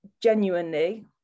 genuinely